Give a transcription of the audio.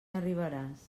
arribaràs